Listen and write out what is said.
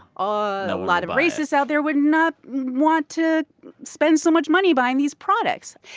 ah a lot of racists out there would not want to spend so much money buying these products.